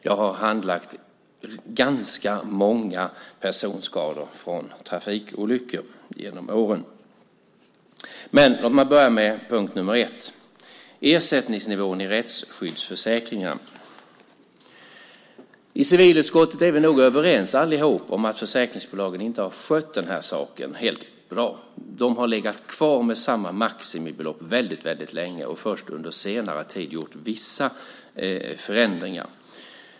Jag har handlagt ganska många personskador från trafikolyckor genom åren. Låt mig börja med punkt nr 1, ersättningsnivån i rättsskyddsförsäkringarna. I civilutskottet är vi nog överens om att försäkringsbolagen inte har skött detta riktigt bra. De har legat kvar på samma maximibelopp väldigt länge. Först under senare tid har man gjort vissa förändringar.